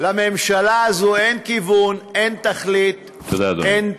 לממשלה הזאת אין כיוון, אין תכלית, תודה, אדוני.